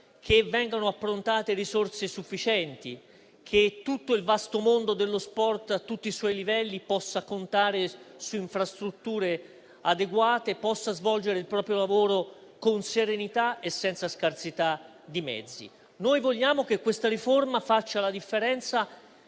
che vengano approntate risorse sufficienti, che tutto il vasto mondo dello sport a tutti i suoi livelli possa contare su infrastrutture adeguate e svolgere il proprio lavoro con serenità e senza scarsità di mezzi. Noi vogliamo che questa riforma faccia la differenza